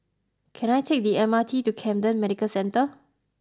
can I take the M R T to Camden Medical Centre